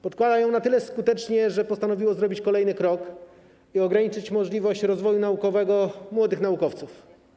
Podkłada ją na tyle skutecznie, że postanowiło zrobić kolejny krok i ograniczyć możliwość rozwoju naukowego młodych naukowców.